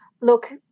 Look